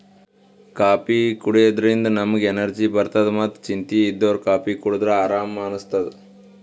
coffee ಕುಡ್ಯದ್ರಿನ್ದ ನಮ್ಗ್ energy ಬರ್ತದ್ ಮತ್ತ್ ಚಿಂತಿ ಇದ್ದೋರ್ ಕಾಫೀ ಕುಡದ್ರ್ ಆರಾಮ್ ಅನಸ್ತದ್